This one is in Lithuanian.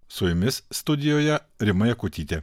su jumis studijoje rima jakutytė